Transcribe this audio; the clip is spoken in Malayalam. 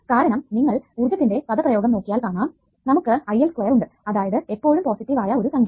കാരണം നിങ്ങൾ ഊർജ്ജത്തിന്റെ പദപ്രയോഗം നോക്കിയാൽ കാണാം നമുക്ക് IL2 ഉണ്ട് അതായത് എപ്പോഴും പോസിറ്റീവ് ആയ ഒരു സംഖ്യ